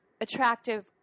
attractive –